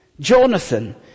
Jonathan